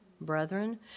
brethren